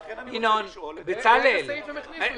לכן אני שואל --- תחת איזה סעיף הכניסו את זה?